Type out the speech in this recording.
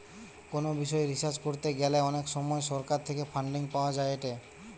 কোনো বিষয় রিসার্চ করতে গ্যালে অনেক সময় সরকার থেকে ফান্ডিং পাওয়া যায়েটে